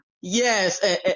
Yes